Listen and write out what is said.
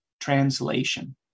translation